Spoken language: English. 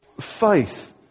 faith